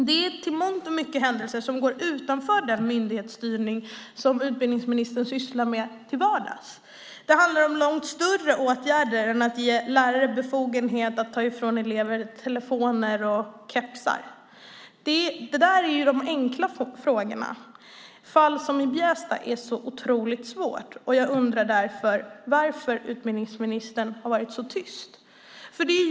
Detta är i mångt och mycket händelser som går utanför den myndighetsstyrning som ministern sysslar med till vardags. Det handlar om långt större åtgärder än att ge lärare befogenhet att ta ifrån elever telefoner och kepsar. Sådant är de enkla frågorna. Fall som i Bjästa är otroligt svåra, och jag undrar därför varför utbildningsministern har varit så tyst.